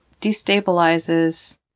destabilizes